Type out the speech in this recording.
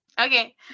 Okay